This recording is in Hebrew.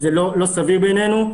זה לא סביר בעינינו.